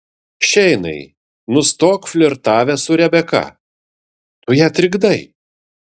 šeinai nustok flirtavęs su rebeka tu ją trikdai